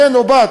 בן או בת,